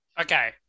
Okay